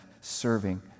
serving